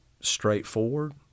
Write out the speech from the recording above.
straightforward